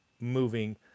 moving